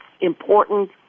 important